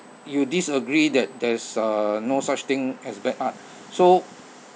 you disagree that there's uh no such thing as bad art so